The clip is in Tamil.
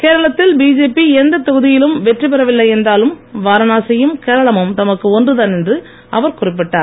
கேரளத்தில் பிஜேபி எந்தத் தொகுதியிலும் வெற்றி பெறவில்லை என்றாலும் வாரணாசியும் கேரளமும் தமக்கு ஒன்றுதான் என்று அவர் குறிப்பிட்டார்